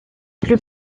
plus